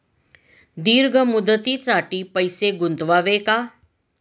दीर्घ मुदतीसाठी पैसे गुंतवावे का?